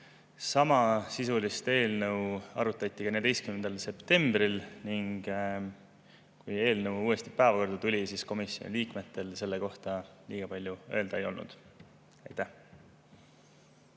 Samasisulist eelnõu arutati ka 14. septembril ning kui eelnõu uuesti päevakorda tuli, siis komisjoni liikmetel selle kohta liiga palju öelda ei olnud. Aitäh!